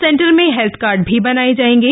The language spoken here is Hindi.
सेंटर में हेल्थ कार्ड भी बनाए जाएंगे